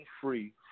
free